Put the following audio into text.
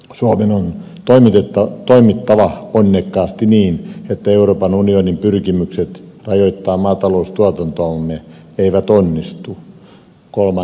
suomen on toimittava ponnekkaasti niin että euroopan unionin pyrkimykset rajoittaa maataloustuotantoamme eivät onnistu